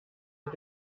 mit